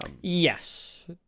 Yes